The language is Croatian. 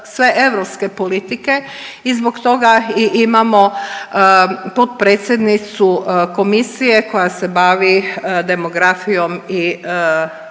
sve europske politike i zbog toga i imamo potpredsjednicu Komisije koja se bavi demografijom i